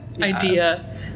Idea